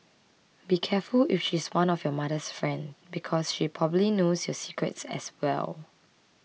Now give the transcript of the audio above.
be careful if she's one of your mother's friend because she probably knows your secrets as well